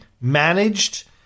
managed